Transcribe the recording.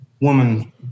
woman